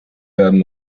werden